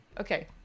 okay